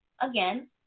again